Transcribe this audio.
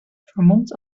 vermomd